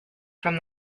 from